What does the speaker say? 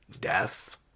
death